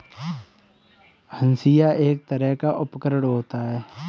हंसिआ एक तरह का उपकरण होता है